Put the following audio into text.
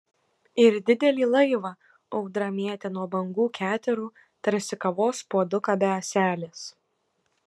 ir didelį laivą audra mėtė nuo bangų keterų tarsi kavos puoduką be ąselės